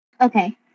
Okay